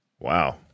Wow